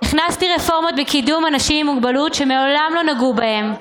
רפורמות לקידום אנשים עם מוגבלות שמעולם לא נגעו בהן,